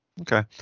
Okay